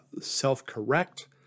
self-correct